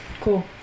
Cool